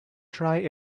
dry